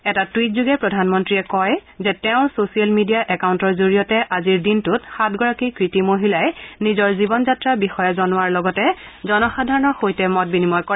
এটা টুইটযোগে প্ৰধানমন্ত্ৰীয়ে কয় যে তেওঁৰ ছছিয়েল মিডিয়া একাউণ্টৰ জৰিয়তে আজিৰ দিনটোত সাতগৰাকী কৃতি মহিলাই নিজৰ জীৱন যাত্ৰাৰ বিষয়ে জনোৱাৰ লগতে জনসাধাৰণৰ সৈতে মত বিনিময় কৰিব